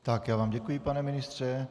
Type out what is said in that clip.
Já vám děkuji, pane ministře.